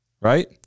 right